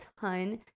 ton